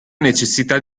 necessità